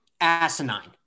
asinine